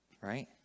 Right